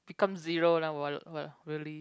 become zero lah !wah! !wah! really